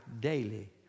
daily